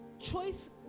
Choice